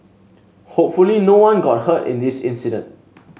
hopefully no one got hurt in this incident